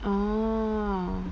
oh